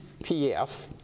PF